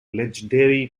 legendary